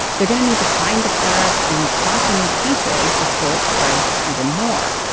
they're going to need to find the flare ups and spot the new cases before it spreads even more.